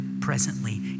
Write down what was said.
presently